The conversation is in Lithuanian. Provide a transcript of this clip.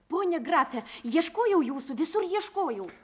pone grafe ieškojau jūsų visur ieškojau